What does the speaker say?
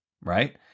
Right